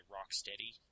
Rocksteady